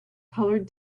colored